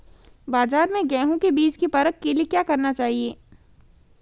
बाज़ार में गेहूँ के बीज की परख के लिए क्या करना चाहिए?